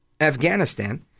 Afghanistan